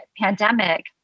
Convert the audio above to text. pandemic